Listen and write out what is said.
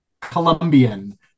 Colombian